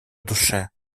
душе